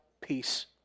peace